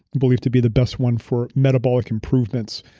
believed to be the best one for metabolic improvements.